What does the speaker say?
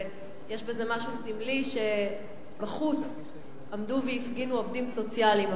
ויש משהו סמלי בזה שבחוץ עמדו והפגינו עובדים סוציאליים,